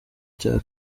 cya